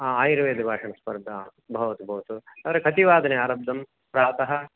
आयुर्वेदभाषणस्पर्धा भवतु भवतु तत्र कति वादने आरब्धं प्रातः